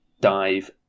dive